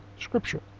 Scripture